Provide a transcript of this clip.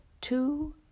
two